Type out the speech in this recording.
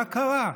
מה קרה?